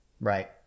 Right